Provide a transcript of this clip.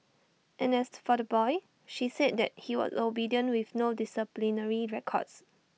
and as for the boy she said that he was obedient with no disciplinary records